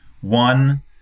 one